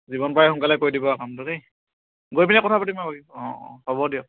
যিমান পাৰে সোনকালে কৰি দিব আৰু কামটো দেই গৈ পিনে কথা পাতিম বাৰু অঁ অঁ হ'ব দিয়ক